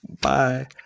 Bye